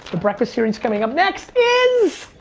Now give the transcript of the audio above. breakfast series coming up next, is